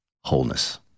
wholeness